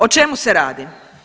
O čemu se radi?